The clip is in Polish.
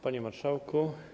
Panie Marszałku!